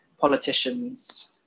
politicians